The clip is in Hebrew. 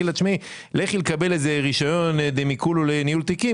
ויגיד לה לכי לקבל רישיון דמיקולו לניהול תיקים